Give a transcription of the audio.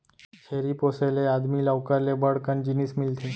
छेरी पोसे ले आदमी ल ओकर ले बड़ कन जिनिस मिलथे